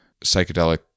psychedelic